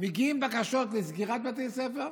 מגיעות בקשות לסגירת בתי ספר.